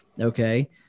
Okay